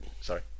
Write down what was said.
sorry